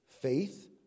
faith